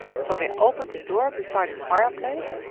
so they opened a door beside the fireplace,